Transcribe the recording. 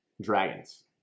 dragons